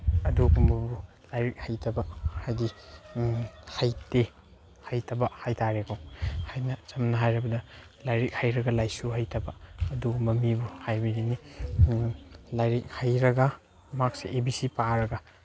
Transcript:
ꯑꯗꯨꯒꯨꯝꯕꯕꯨ ꯂꯥꯏꯔꯤꯛ ꯍꯩꯇꯕ ꯍꯥꯏꯗꯤ ꯍꯩꯇꯦ ꯍꯩꯇꯕ ꯍꯥꯏ ꯇꯥꯔꯦꯀꯣ ꯍꯥꯏꯅ ꯁꯝꯅ ꯍꯥꯏꯔꯕꯗ ꯂꯥꯏꯔꯤꯛ ꯍꯩꯔꯒ ꯂꯥꯏꯁꯨ ꯍꯩꯇꯕ ꯑꯗꯨꯒꯨꯝꯕ ꯃꯤꯕꯨ ꯍꯥꯏꯕꯤꯒꯅꯤ ꯂꯥꯏꯔꯤꯛ ꯍꯩꯔꯒ ꯃꯥꯁꯤ ꯑꯦ ꯕꯤ ꯁꯤ ꯄꯥꯔꯒ